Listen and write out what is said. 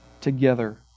together